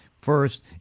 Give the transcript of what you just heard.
first